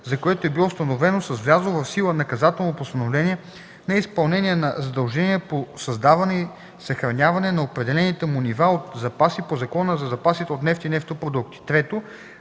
за което е било установено с влязло в сила наказателно постановление неизпълнение на задължения по създаване и съхраняване на определените му нива от запаси по Закона за запасите от нефт и нефтопродукти.”